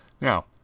Now